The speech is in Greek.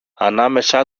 ανάμεσα